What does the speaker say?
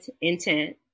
intent